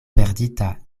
perdita